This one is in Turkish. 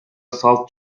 salt